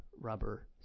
rubber